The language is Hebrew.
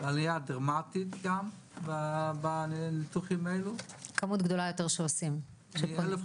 ועלייה דרמטית גם בניתוחים האלו נדמה לי